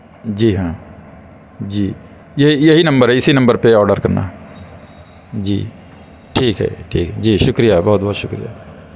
جی ہاں جی یہی یہی نمبر ہے اسی نمبر پہ آڈر کرنا ہے جی ٹھیک ہے ٹھیک ہے جی شکریہ بہت بہت شکریہ